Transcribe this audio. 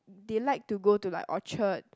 they like to go to like Orchard